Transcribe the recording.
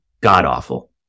god-awful